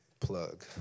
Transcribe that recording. Plug